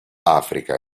africa